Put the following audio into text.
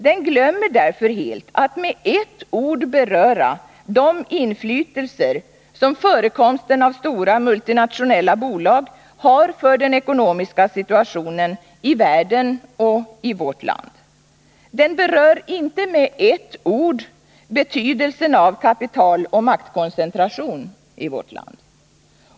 Den glömmer därför helt att med ett ord beröra de inflytelser som förekomsten av stora multinationella bolag har för den ekonomiska situationen i världen och i vårt land. Den berör inte med ett ord betydelsen av kapitaloch maktkoncentration i vårt land.